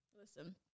Listen